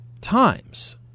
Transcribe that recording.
times